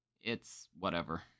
It's—whatever